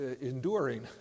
enduring